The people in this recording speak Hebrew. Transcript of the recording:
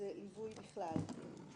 זה ליווי אישי או שזה ליווי בכלל?